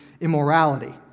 immorality